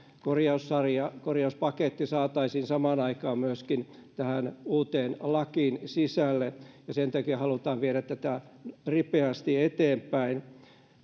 korjaussarja korjauspaketti saataisiin samaan aikaan myöskin tähän uuteen lakiin sisälle ja sen takia halutaan viedä tätä ripeästi eteenpäin